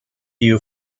you